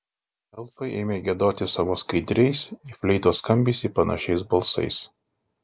elfai ėmė giedoti savo skaidriais į fleitos skambesį panašiais balsais